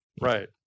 Right